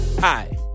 Hi